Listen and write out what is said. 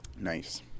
Nice